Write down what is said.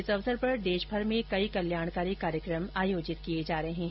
इस अवसर पर देशभर में कई कल्याणकोरी कार्यक्रम आयोजित किए जा रहे हैं